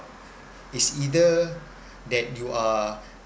it's either that you are